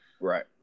right